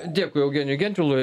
dėkui eugenijui gentvilui